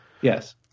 Yes